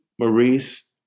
Maurice